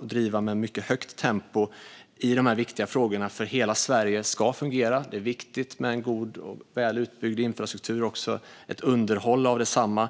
bedriva i mycket högt tempo i de här viktiga frågorna. Hela Sverige ska fungera. Det är viktigt med en god och väl utbyggd infrastruktur och ett underhåll av densamma.